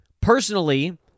Personally